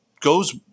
goes